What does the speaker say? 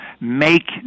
make